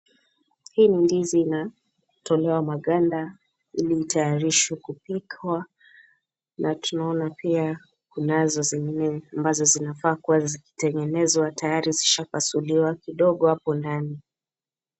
Hii ni ndizi inatolewa maganda ili itayarishwe kupikwa na tunaona pia kunazo zingine ambazo zinafaa kuwa zikitengenezwa tayari zishapasuliwa kidogo hapo ndani.